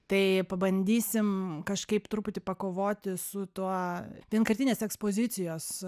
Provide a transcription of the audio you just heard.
tai pabandysim kažkaip truputį pakovoti su tuo vienkartinės ekspozicijos